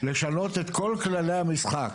לשנות את כל כללי המשחק